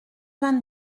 vingt